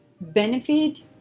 benefit